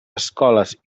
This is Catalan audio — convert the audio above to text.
escoles